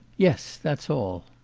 yes that's all